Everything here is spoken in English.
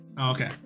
Okay